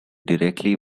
directly